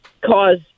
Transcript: cause